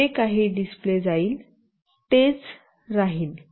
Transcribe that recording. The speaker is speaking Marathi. जे काही डिस्प्ले जाईल तेच राहील